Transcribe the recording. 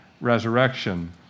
resurrection